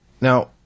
Now